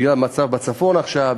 בגלל המצב בצפון עכשיו,